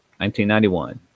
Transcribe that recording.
1991